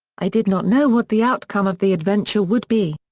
i did not know what the outcome of the adventure would be.